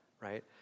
right